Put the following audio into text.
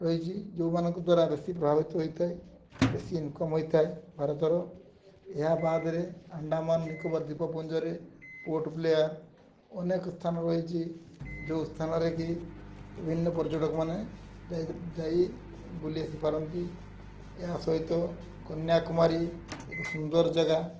ରହିଛି ଯେଉଁମାନଙ୍କ ଦ୍ୱାରା ବେଶୀ ପ୍ରଭାବିତ ହୋଇଥାଏ ବେଶୀ ଇନକମ୍ ହୋଇଥାଏ ଭାରତର ଏହା ବାଦରେ ଆଣ୍ଡାମାନ୍ ନିକବର ଦ୍ୱୀପପୁଞ୍ଜରେ ପୋର୍ଟ ବ୍ଲେୟାର୍ ଅନେକ ସ୍ଥାନ ରହିଛି ଯେଉଁ ସ୍ଥାନରେ କି ବିଭିନ୍ନ ପର୍ଯ୍ୟଟକମାନେ ଯାଇ ବୁଲି ଆସିପାରନ୍ତି ଏହା ସହିତ କନ୍ୟାକୁମାରୀ ଏକ ସୁନ୍ଦର ଜାଗା